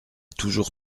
toujours